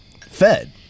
fed